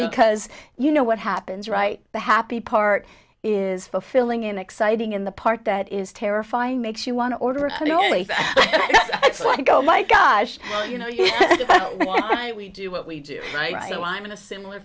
because you know what happens right the happy part is fulfilling in exciting in the part that is terrifying makes you want to order it's like oh my gosh you know you know we do what we do so i'm in a similar